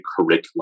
curriculum